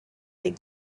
big